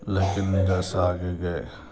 لیکن جیسا آگے آگے